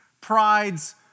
prides